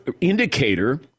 indicator